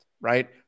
right